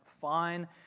fine